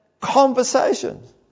conversations